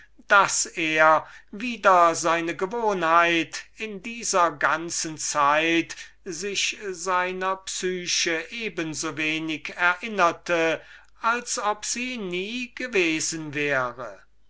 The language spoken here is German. daß er wider seine gewohnheit in dieser ganzen zeit sich seiner psyche eben so wenig erinnerte als ob sie nie gewesen wäre